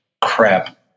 crap